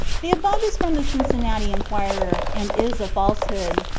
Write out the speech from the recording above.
the above is from the cincinnati enquirer, and is a falsehood.